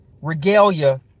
regalia